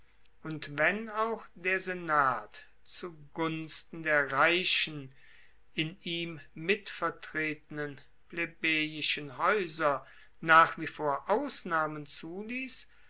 und wenn auch der senat zu gunsten der reichen in ihm mitvertretenen plebejischen haeuser nach wie vor ausnahmen zuliess